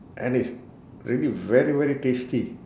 and it's really very very tasty